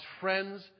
friends